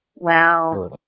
Wow